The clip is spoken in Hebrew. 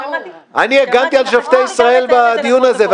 הגנתי על שופטי ישראל בדיון הזה,